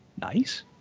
Nice